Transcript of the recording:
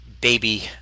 baby